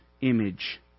image